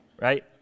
right